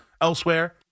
elsewhere